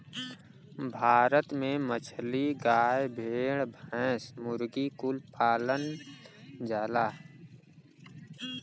भारत में मछली, गाय, भेड़, भैंस, मुर्गी कुल पालल जाला